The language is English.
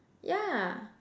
yeah